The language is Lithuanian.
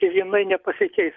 ir jinai nepasikeis